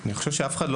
אני חושב שאף אחד,